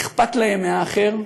אכפת להם מהאחר,